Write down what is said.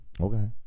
Okay